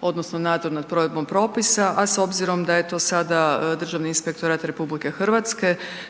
odnosno nadzor nad provedbom propisa, a s obzirom da je to sada Državni inspektorat RH